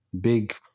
big